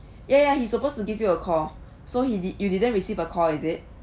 ya ya he supposed to give you a call so he did you didn't receive a call is it